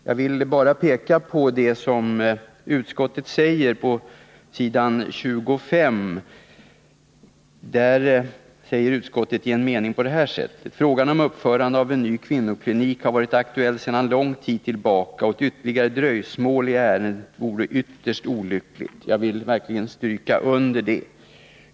Jag vill bara peka på vad utskottet skriver på s. 25: ”Frågan om uppförande av en ny kvinnoklinik har varit aktuell sedan lång tid tillbaka och ett ytterligare dröjsmål i ärendet vore ytterst olyckligt.” Jag vill verkligen stryka under det.